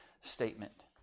statement